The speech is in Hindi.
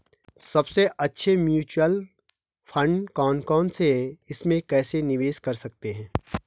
सबसे अच्छे म्यूचुअल फंड कौन कौनसे हैं इसमें कैसे निवेश कर सकते हैं?